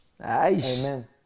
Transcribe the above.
Amen